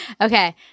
Okay